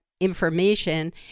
information